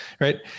right